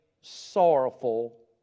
sorrowful